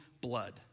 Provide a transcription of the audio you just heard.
blood